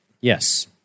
Yes